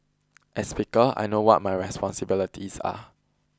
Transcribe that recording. as speaker I know what my responsibilities are